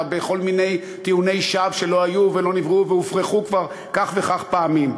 בכל מיני טיעוני שווא שלא היו ולא נבראו והופרכו כבר כך וכך פעמים.